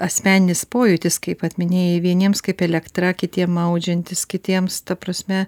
asmeninis pojūtis kaip vat minėjai vieniems kaip elektra kitiem maudžiantis kitiems ta prasme